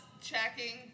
checking